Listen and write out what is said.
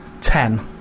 Ten